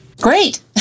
Great